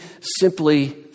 simply